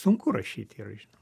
sunku rašyti yra žinoma